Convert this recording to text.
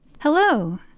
Hello